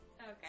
Okay